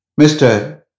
Mr